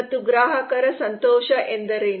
ಮತ್ತು ಗ್ರಾಹಕರ ಸಂತೋಷ ಎಂದರೇನು